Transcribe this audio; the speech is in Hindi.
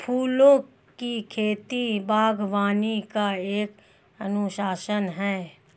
फूलों की खेती, बागवानी का एक अनुशासन है